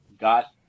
Got